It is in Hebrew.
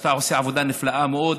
שאתה עושה עבודה נפלאה מאוד,